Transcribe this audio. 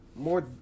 More